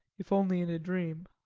if only in the dream.